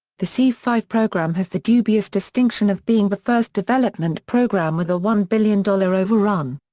the c five program has the dubious distinction of being the first development program with a one billion dollar overrun.